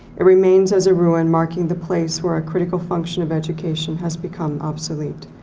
it remains as a ruin marking the place where our critical function of education has become obsolete.